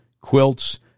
quilts